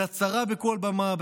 בהצהרה בכל במה,